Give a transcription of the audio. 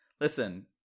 listen